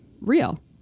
real